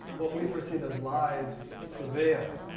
what we perceive as lies prevail.